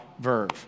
verve